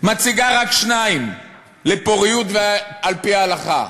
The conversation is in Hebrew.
משיגה רק 2 לפוריות על-פי ההלכה?